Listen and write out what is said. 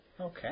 Okay